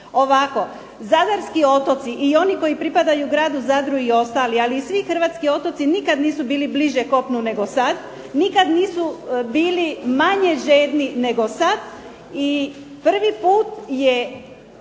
Ovako, zadarski otoci i oni koji pripadaju Gradu Zadru i ostali, ali i svi hrvatski otoci nikad nisu bili bliže kopnu nego sad, nikad nisu bili manje žedni nego sad i prvi put je